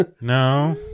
No